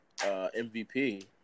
MVP